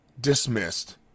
dismissed